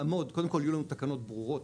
קודם כל יהיו לנו תקנות ברורות,